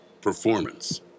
performance